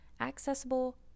accessible